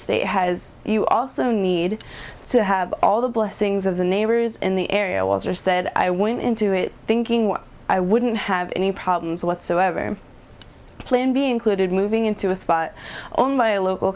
state has you also need to have all the blessings of the neighbors in the area walter said i went into it thinking well i wouldn't have any problems whatsoever plan b included moving into a spot owned by a local